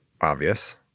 obvious